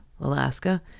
Alaska